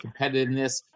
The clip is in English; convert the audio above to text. competitiveness